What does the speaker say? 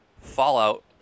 Fallout